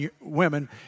women